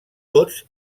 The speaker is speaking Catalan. tots